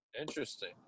Interesting